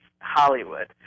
Hollywood